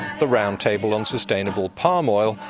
the roundtable on sustainable palm oil,